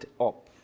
up